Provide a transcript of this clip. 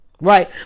right